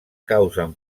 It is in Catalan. causen